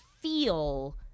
feel